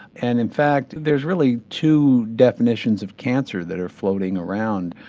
and in fact there's really two definitions of cancer that are floating around.